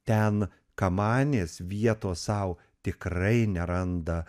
ten kamanės vietos sau tikrai neranda